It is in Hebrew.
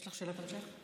יש לך שאלת המשך?